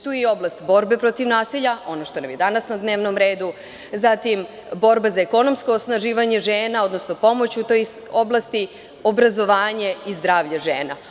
Tu je i oblast borbe protiv nasilja, ono što nam je danas na dnevnom redu, zatim borba za ekonomsko osnaživanje žena, odnosno pomoć u toj oblasti, obrazovanje i zdravlje žena.